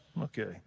Okay